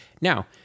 Now